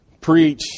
preach